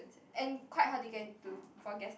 and quite hard to get into for guest